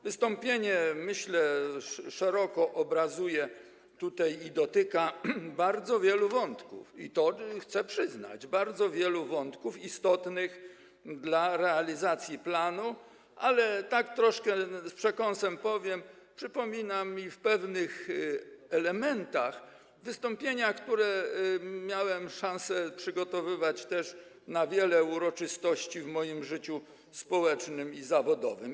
Wystąpienie, myślę, szeroko obrazuje bardzo wiele wątków i dotyka bardzo wielu wątków, i to - chcę przyznać - bardzo wielu wątków istotnych dla realizacji planu, ale tak troszkę z przekąsem powiem, że przypomina mi w pewnych elementach wystąpienia, które miałem szansę przygotowywać na wiele uroczystości w moim życiu społecznym i zawodowym.